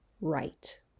right